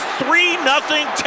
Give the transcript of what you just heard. three-nothing